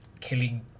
killing